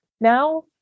Now